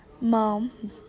mom